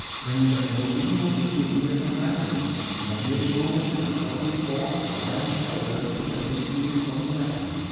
when the gadolinium is put near a magnet the magnetic moments are suddenly forced to align parallel to the magnetic field from the magnet.